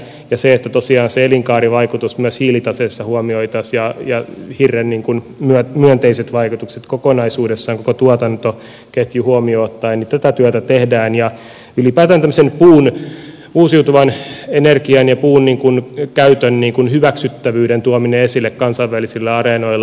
ja tosiaan tätä työtä tehdään että se elinkaarivaikutus myös hiilitaseessa huomioitaisiin ja hirren myönteiset vaikutukset kokonaisuudessaan koko tuotantoketju huomioon ottaen ja ylipäätään tuodaan esille uusiutuvan energian ja puun ecun käyttöön niin kuin hyväksyttävyyden käytön hyväksyttävyyttä kansainvälisillä areenoilla